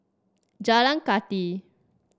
Jalan Kathi